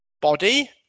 body